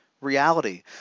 reality